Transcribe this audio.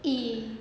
!ee!